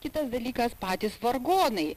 kitas dalykas patys vargonai